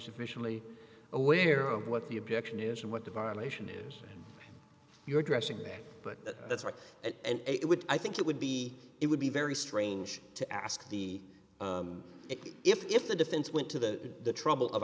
sufficiently aware of what the objection is and what the violation news you're addressing back but that's right and it would i think it would be it would be very strange to ask the it if the defense went to the trouble of